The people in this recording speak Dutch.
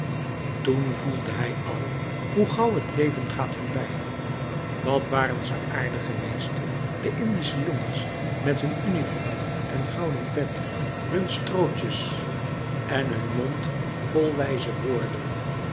toen voelde hij al hoe gauw het leven gaat voorbij wat waren ze aardig geweest de indische jongens met hun uniform en gouden pet hun strootjes en hun mond vol wijze woorden